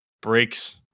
breaks